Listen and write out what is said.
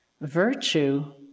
virtue